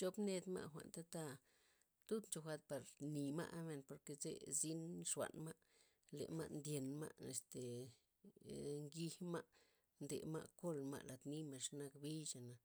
Chop mnedma jwa'n tata' tud ncho jwa'd parni ma' gabmen porke' ze zyn xuanmen ma' le ma' ndyen ma' este ee ngijma' ndema' kolma' lad nimen xa' nak bixa',